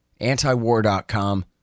antiwar.com